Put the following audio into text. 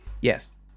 Yes